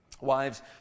Wives